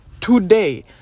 today